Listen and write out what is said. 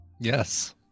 Yes